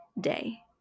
day